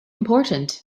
important